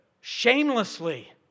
shamelessly